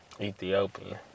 Ethiopian